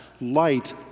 light